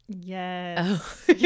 Yes